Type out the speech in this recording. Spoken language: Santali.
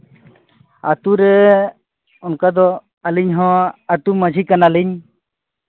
ᱟᱹᱛᱩ ᱨᱮ ᱚᱱᱠᱟ ᱫᱚ ᱟᱹᱞᱤᱧ ᱦᱚᱸ ᱟᱹᱛᱩ ᱢᱟᱺᱡᱷᱤ ᱠᱟᱱᱟᱞᱤᱧ